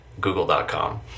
Google.com